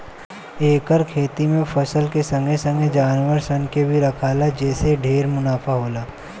एकर खेती में फसल के संगे संगे जानवर सन के भी राखला जे से ढेरे मुनाफा होला